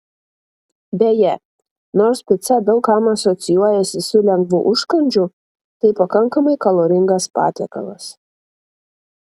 beje nors pica daug kam asocijuojasi su lengvu užkandžiu tai pakankamai kaloringas patiekalas